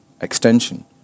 extension